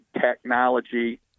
technology